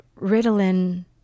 Ritalin